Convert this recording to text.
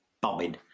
bombing